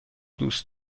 دوست